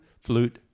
flute